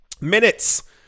Minutes